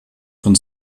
von